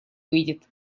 выйдет